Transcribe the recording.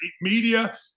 media